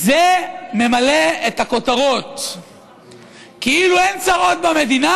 זה ממלא את הכותרות כאילו אין צרות במדינה,